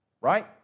right